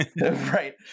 right